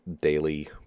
daily